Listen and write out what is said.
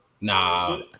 Nah